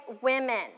women